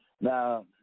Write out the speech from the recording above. Now